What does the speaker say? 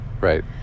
Right